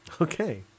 Okay